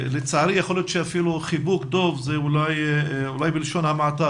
לצערי יכול להיות שאפילו חיבוק דב הוא אולי בלשון המעטה